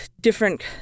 different